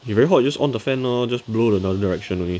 you very hot you just on the fan lor just blow another direction only